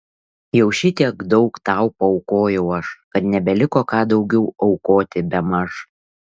jau šitiek daug tau paaukojau aš kad nebeliko ką daugiau aukoti bemaž